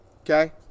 Okay